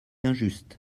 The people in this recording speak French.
injuste